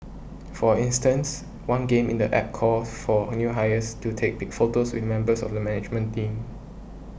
for instance one game in the App calls for new hires to take big photos with the members of the management team